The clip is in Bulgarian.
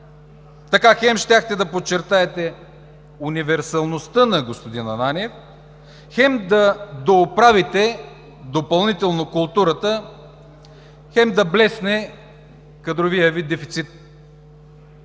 Така хем щяхте да подчертаете универсалността на господин Ананиев, хем да дооправите допълнително културата, хем да блесне кадровият Ви дефицит.